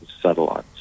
satellites